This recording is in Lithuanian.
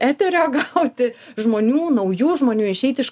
eterio gauti žmonių naujų žmonių išeiti iš